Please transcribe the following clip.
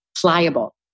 pliable